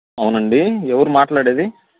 అవునండి ఎవరు మాట్లాడేది